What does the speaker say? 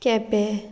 केंपे